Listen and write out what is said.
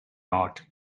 hot